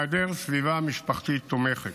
בהיעדר סביבה משפחתית תומכת.